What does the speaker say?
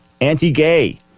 anti-gay